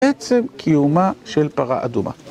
עצם קיומה של פרה אדומה